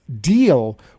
deal